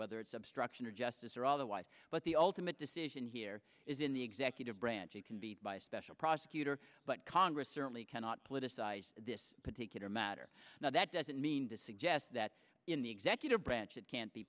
whether it's obstruction of justice or otherwise but the ultimate decision here is in the executive branch you can be by a special prosecutor but congress certainly cannot politicize this particular matter now that doesn't mean to suggest that in the executive branch it can't be